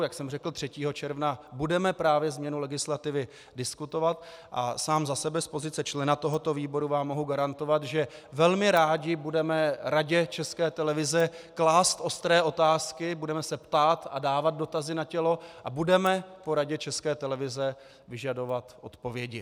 Jak jsem řekl, 3. června budeme právě změnu legislativy diskutovat a sám za sebe z pozice člena tohoto výboru vám mohu garantovat, že velmi rádi budeme Radě České televize klást ostré otázky, budeme se ptát a dávat dotazy na tělo a budeme po Radě České televize vyžadovat odpovědi.